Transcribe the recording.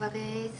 כבר 10